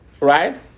Right